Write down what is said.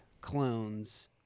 clones